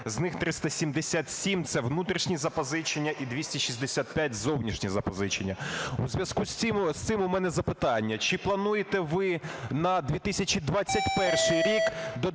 З них 377 – це внутрішні запозичення і 265 – зовнішні запозичення. У зв'язку з цим у мене запитання. Чи плануєте ви на 2021 рік додаткові